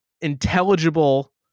intelligible